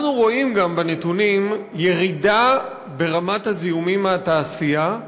אנחנו גם רואים בנתונים ירידה ברמת הזיהומים מהתעשייה,